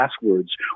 passwords